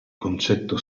concetto